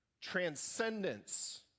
transcendence